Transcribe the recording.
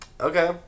Okay